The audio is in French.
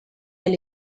elle